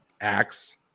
acts